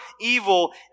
evil